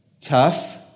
Tough